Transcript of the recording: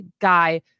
guy